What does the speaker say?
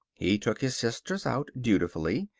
he took his sisters out, dutifully,